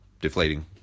Deflating